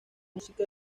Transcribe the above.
música